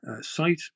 site